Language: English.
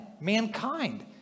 Mankind